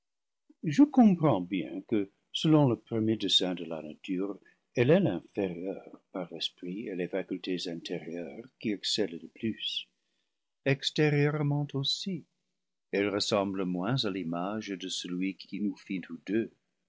je comprends bien que selon le premier dessein de la nature elle est l'inférieure par l'esprit et les facultés intérieures qui excellent le plus extérieurement aussi elle ressemble moins à l'image de celui qui nous fit tous deux